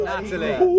Natalie